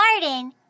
garden